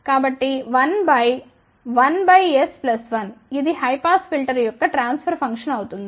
కాబట్టి11s1 ఇది high pass filter యొక్క transfer function అవుతుంది